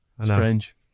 Strange